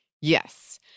Yes